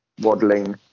waddling